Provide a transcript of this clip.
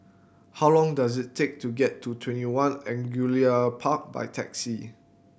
how long does it take to get to TwentyOne Angullia Park by taxi